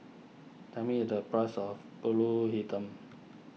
tell me the price of Pulut Hitam